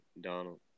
Donald